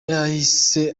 yahise